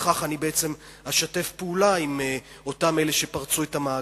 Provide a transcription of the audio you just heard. בכך אני בעצם אשתף פעולה עם אותם אלה שפרצו את המאגר.